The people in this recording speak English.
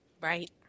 Right